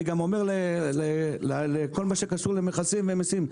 אני גם אומר לכל מה שקשור למכסים ומיסים,